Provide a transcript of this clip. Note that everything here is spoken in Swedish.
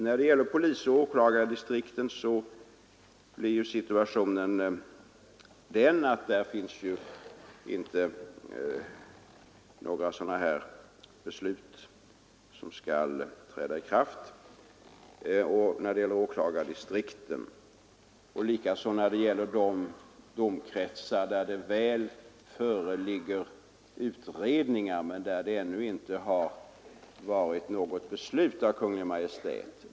När det gäller polisoch åklagardistrikten finns det inte några beslut som skall träda i kraft, liksom inte heller när det gäller de domkretsar där det föreligger utredningar men där det ännu inte fattats något beslut av Kungl. Maj:t.